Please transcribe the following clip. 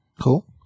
Cool